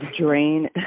drain